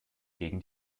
gegen